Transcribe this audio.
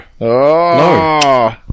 No